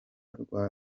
rwa